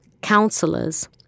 counselors